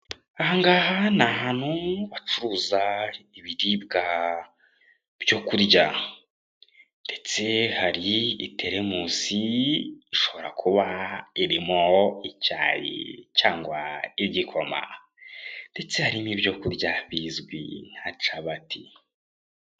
Aha ngaha ni ahantu bacuruza ibiribwa byo kurya ndetse hari iteremusi ishobora kuba irimo icyayi cyangwa igikoma ndetse harimo ibyo kurya bizwi nka capati.